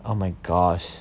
oh my gosh